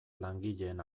langileen